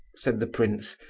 said the prince,